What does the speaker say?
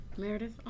Meredith